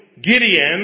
Gideon